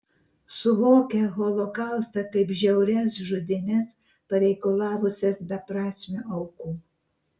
suvokia holokaustą kaip žiaurias žudynes pareikalavusias beprasmių aukų